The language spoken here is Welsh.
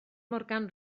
morgan